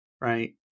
right